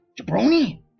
Jabroni